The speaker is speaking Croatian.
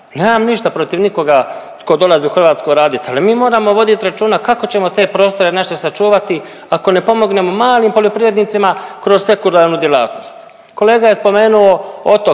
Nemam ništa protiv nikoga tko dolazi u Hrvatsku radit, ali mi morat vodit računa kako ćemo te prostore naše sačuvati ako ne pomognemo malim poljoprivrednicima kroz sekundarnu djelatnost. Kolega je spomenu Otok